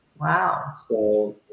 Wow